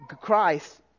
Christ